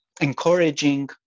encouraging